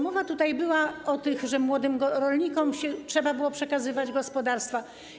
Mowa tutaj była o tym, że młodym rolnikom trzeba było przekazywać gospodarstwa.